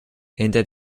hinter